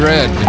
Red